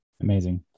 Amazing